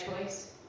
choice